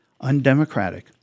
undemocratic